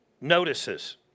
Notices